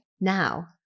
Now